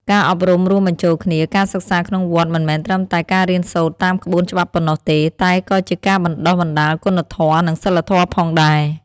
ការអប់រំរួមបញ្ចូលគ្នា ការសិក្សាក្នុងវត្តមិនមែនត្រឹមតែការរៀនសូត្រតាមក្បួនច្បាប់ប៉ុណ្ណោះទេ តែក៏ជាការបណ្តុះបណ្តាលគុណធម៌និងសីលធម៌ផងដែរ។